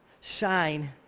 shine